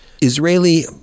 Israeli